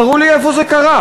תראו לי איפה זה קרה.